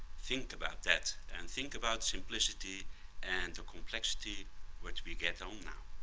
think about that and think about simplicity and the complexity which we get on now.